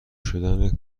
شدن